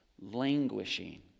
languishing